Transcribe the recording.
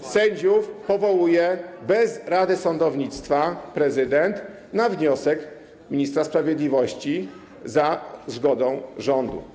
sędziów powołuje bez rady sądownictwa prezydent na wniosek ministra sprawiedliwości za zgodą rządu.